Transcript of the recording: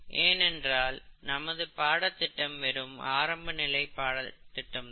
ஏனென்றால் நமது பாடதிட்டம் வெறும் ஆரம்ப நிலை பாடதிட்டம் தான்